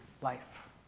life